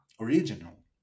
original